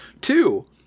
Two